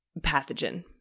pathogen